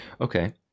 Okay